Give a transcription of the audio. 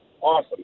Awesome